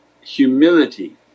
humility